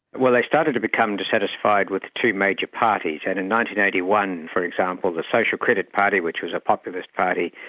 well they started to become dissatisfied with the two major parties and and eighty one for example, the social credit party which was a populist party,